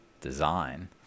design